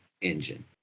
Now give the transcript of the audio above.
engine